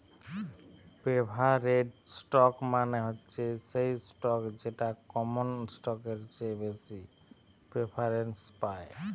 preferred stock মানে হচ্ছে সেই স্টক যেটা কমন স্টকের চেয়ে বেশি প্রেফারেন্স পায়